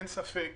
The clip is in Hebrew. אין ספק